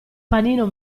panino